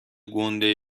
گُنده